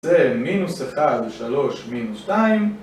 זה מינוס אחד, שלוש, מינוס שתיים.